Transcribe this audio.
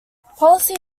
policy